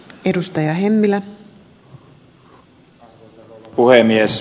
arvoisa rouva puhemies